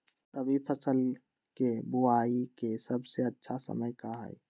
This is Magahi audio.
रबी फसल के बुआई के सबसे अच्छा समय का हई?